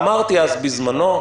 ואמרתי אז בזמנו,